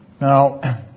Now